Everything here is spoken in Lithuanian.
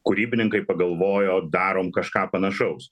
kūrybininkai pagalvojo darom kažką panašaus